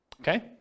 Okay